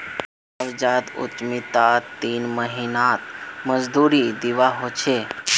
नवजात उद्यमितात तीन महीनात मजदूरी दीवा ह छे